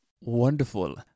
Wonderful